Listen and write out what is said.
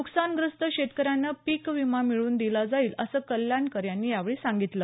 नुकसानग्रस्त शेतकऱ्यांना पिक विमा मिळवून दिला जाईल असं कल्याणकर यांनी यावेळी सांगितलं